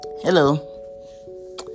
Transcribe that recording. Hello